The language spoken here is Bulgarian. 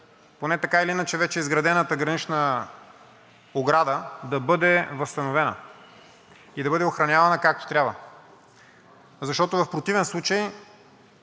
поне, така или иначе, вече изградената гранична ограда, да бъде възстановена и да бъде охранявана както трябва. Защото в противен случай